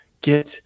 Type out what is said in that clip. get